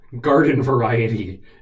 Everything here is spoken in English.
garden-variety